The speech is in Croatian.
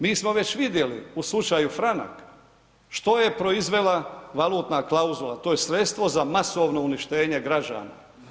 Mi smo već vidjeli u slučaju Franak što je proizvela valutna klauzula, to je sredstvo za masovno uništenje građana.